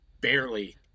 barely